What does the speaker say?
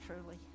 truly